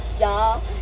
y'all